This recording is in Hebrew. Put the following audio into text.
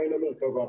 ליין המרכבה,